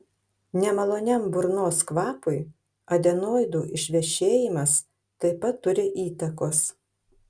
nemaloniam burnos kvapui adenoidų išvešėjimas taip pat turi įtakos